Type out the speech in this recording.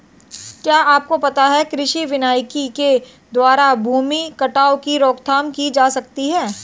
क्या आपको पता है कृषि वानिकी के द्वारा भूमि कटाव की रोकथाम की जा सकती है?